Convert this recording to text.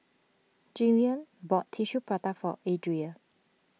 Jillian bought Tissue Prata for Adria